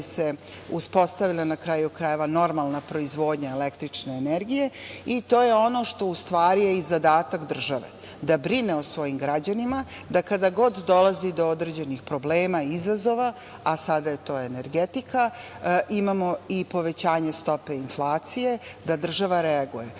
da bi se uspostavila normalna proizvodnja električne energije. To je ono što je i zadatak države, da brine o svojim građanima, da kada god dolazi do određenih problema i izazova, a sada je to energetika, imamo i povećanje stope inflacije, da država reaguje. Mi